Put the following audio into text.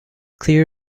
clear